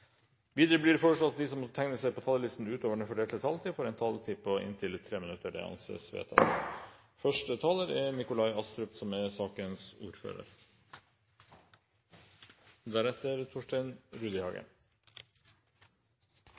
Videre blir det foreslått at de som måtte tegne seg på talerlisten utover den fordelte taletid, får en taletid på inntil 3 minutter. – Det anses vedtatt.